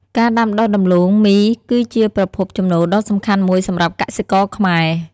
ការដាំដុះដំឡូងមីគឺជាប្រភពចំណូលដ៏សំខាន់មួយសម្រាប់កសិករខ្មែរ។